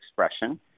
expression